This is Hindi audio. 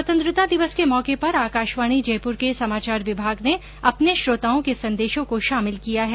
स्वतंत्रता दिवस के मौके पर आकाशवाणी जयपुर के समाचार विभाग ने अपने श्रोताओं के संदेशों को शामिल किया है